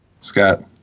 Scott